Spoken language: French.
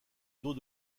dos